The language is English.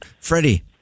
Freddie